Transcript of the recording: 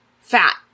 fat